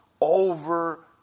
over